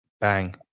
bang